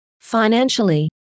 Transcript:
Financially